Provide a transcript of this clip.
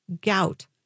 Gout